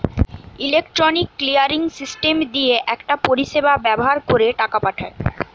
electronic clearing system দিয়ে একটা পরিষেবা ব্যাভার কোরে টাকা পাঠায়